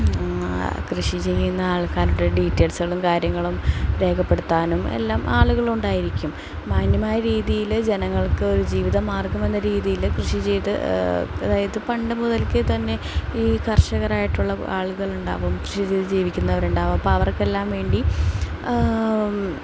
കൃഷി ചെയ്യുന്ന ആൾക്കാരുടെ ഡീറ്റെയിൽസുകളും കാര്യങ്ങളും രേഖപ്പെടുത്താനും എല്ലാം ആളുകളുണ്ടായിരിക്കും മാന്യമായ രീതിയിൽ ജനങ്ങൾക്ക് ഒരു ജീവിത മാർഗ്ഗമെന്ന രീതിയിൽ കൃഷി ചെയ്ത് അതായത് പണ്ട് മുതൽക്കുതന്നെ ഈ കർഷകരായിട്ടുള്ള ആളുകളുണ്ടാവും കൃഷി ചെയ്തു ജീവിക്കുന്നവരുണ്ടാവും അപ്പോൾ അവർക്കെല്ലാം വേണ്ടി